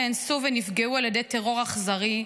נאנסו ונפגעו על ידי טרור אכזרי,